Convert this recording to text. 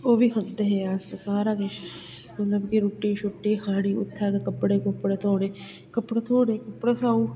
ओह् बी खंदे हे अस सारा किश मतलब कि रुट्टी शुट्टी खानी उत्थै गै कपड़े कुपड़े धोने कपड़े धोने कपड़े सगुआं